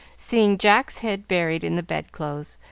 seeing jack's head buried in the bedclothes,